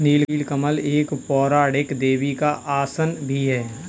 नील कमल एक पौराणिक देवी का आसन भी है